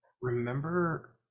remember